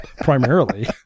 Primarily